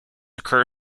occur